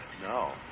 No